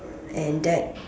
and that